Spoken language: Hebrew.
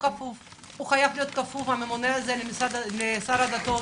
הממונה חייב להיות כפוף לשר הדתות